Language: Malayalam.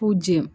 പൂജ്യം